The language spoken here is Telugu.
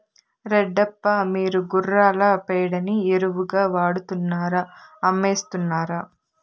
రెడ్డప్ప, మీరు గుర్రాల పేడని ఎరువుగా వాడుతున్నారా అమ్మేస్తున్నారా